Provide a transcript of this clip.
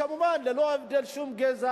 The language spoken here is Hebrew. כמובן ללא שום הבדל גזע,